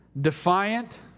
defiant